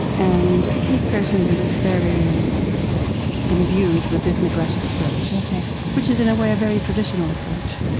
and he certainly was very imbued with this midrashic approach, which is in a way a very traditional approach.